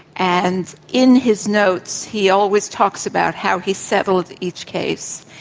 and in his notes he always talks about how he settled each case,